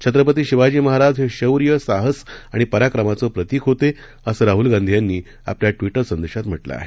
छत्रपती शिवाजी महाराज हे शौर्य साहस आणि पराक्रमाचं प्रतिक होते असं राहुल गांधी यांनी आपल्या ट्विटर संदेशात म्हटलं आहे